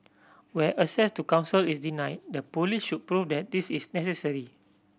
where access to counsel is denied the police should prove that this is necessary